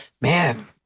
man